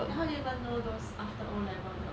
then how do you even know those after O level 的